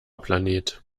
planet